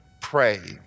pray